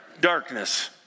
Darkness